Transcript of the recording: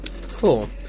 Cool